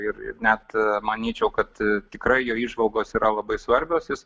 ir net manyčiau kad tikrai jo įžvalgos yra labai svarbios jis